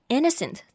Innocent